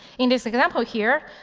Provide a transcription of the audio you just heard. in this example here,